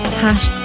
hash